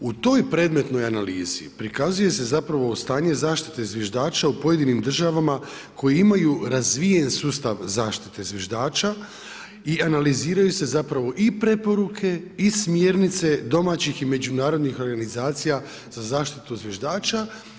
U toj predmetnoj analizi prikazuje se stanje zaštite zviždača u pojedinim državama koji imaju razvijen sustav zaštite zviždača i analiziraju se i preporuke i smjernice domaćih i međunarodnih organizacija za zaštitu zviždača.